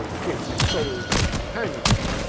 his soul's companion!